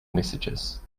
messages